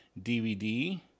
DVD